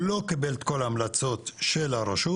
לא קיבל את כל המלצות הרשות,